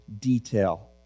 detail